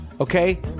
okay